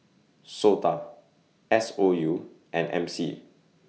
Souta S O U and M C